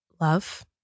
Love